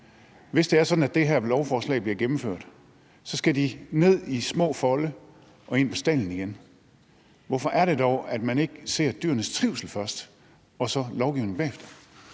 at det her forslag bliver gennemført, så skal de være i små folde og ind i stalden igen. Hvorfor er det dog, at man ikke ser på dyrenes trivsel først og så på lovgivningen bagefter?